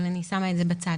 אבל אני שמה את זה בצד.